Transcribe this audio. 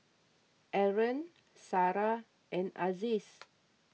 Aaron Sarah and Aziz